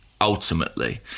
ultimately